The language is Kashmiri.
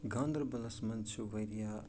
گانٛدَربَلَس منٛز چھِ واریاہ